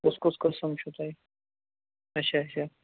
کُس کُس قٕسٕم چھُو تۄہہِ اَچھا اَچھا